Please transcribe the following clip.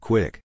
Quick